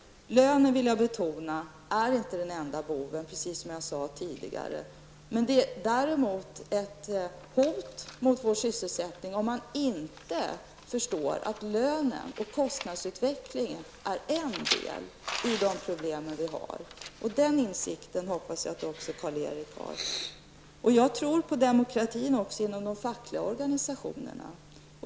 Jag vill betona att lönen inte är den enda boven, precis som jag sade tidigare. Det är däremot ett hot mot vår sysselsättning om man inte förstår att lönen och kostnadsutvecklingen är en del av de problem vi har. Den insikten hoppas jag att även Karl-Erik Jag tror på demokratin också inom de fackliga organisationerna.